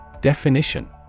Definition